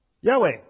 Yahweh